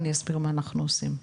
אני אסביר מה אנחנו עושים,